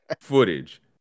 footage